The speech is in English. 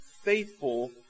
faithful